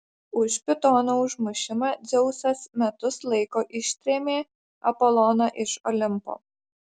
už pitono užmušimą dzeusas metus laiko ištrėmė apoloną iš olimpo